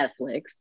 Netflix